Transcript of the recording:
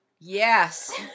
Yes